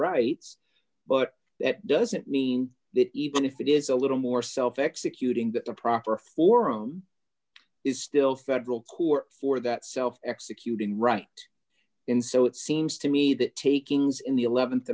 rights but that doesn't mean that even if it is a little more self executing that the proper forum is still federal court for that self executing right in so it seems to me that takings in the